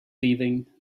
leaving